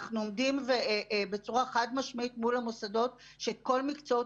אנחנו עומדים בצורה חד-משמעית מול המוסדות שכל מקצועות